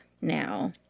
now